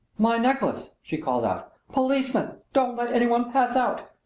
my necklace! she called out. policeman, don't let any one pass out!